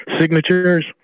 signatures